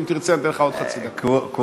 אם תרצה אני אתן לך עוד חצי דקה, בשמחה.